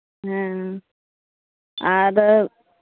ᱦᱮᱸ ᱟᱫᱚ